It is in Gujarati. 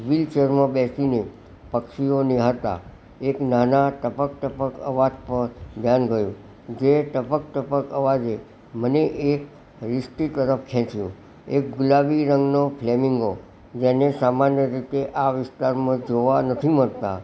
વ્હિલ ચેરમાં બેસીને પક્ષીઓ નિહાળતા એક નાના ટપક ટપક અવાજ પર ધ્યાન ગયું જે ટપક ટપક અવાજે મને એક રિસટી તરફ ખેંચ્યો એક ગુલાબી રંગનો ફ્લેમિંગો જેને સામાન્ય રીતે આ વિસ્તારમાં જોવા નથી મળતા